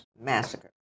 massacre